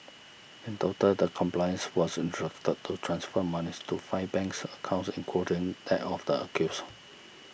in total the accomplice was instructed to transfer monies to five banks accounts including that of the accused